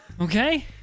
Okay